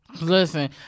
listen